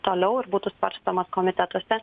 toliau ir būtų svarstomas komitetuose